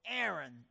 Aaron